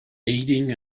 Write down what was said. aiding